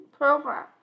program